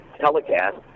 telecast